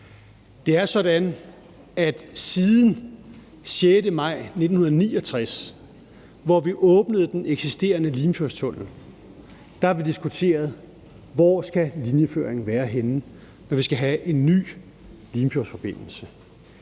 Det er sådan, at siden den 6. maj 1969, hvor vi åbnede den eksisterende Limfjordstunnel, har vi diskuteret, hvor linjeføringen skal være henne, når vi skal have en ny Limfjordsforbindelse.